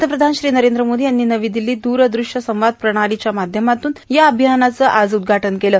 पंतप्रधान श्री नरेंद्र मोदी यांनी नवी दिल्लीत दूरदृश्यसंवाद प्रणालीच्या माध्यमातून या अभियानाचं आज उद्घाटन केलं